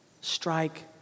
strike